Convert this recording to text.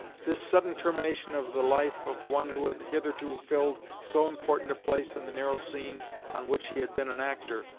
this sudden termination of the life of one who had hitherto filled so important a place in the narrow scene on which he had been an actor,